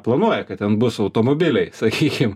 planuoja kad ten bus automobiliai sakykim